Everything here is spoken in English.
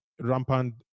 rampant